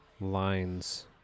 lines